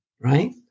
right